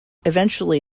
eventually